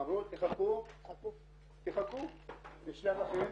אמרו "תחכו, נשלח לכם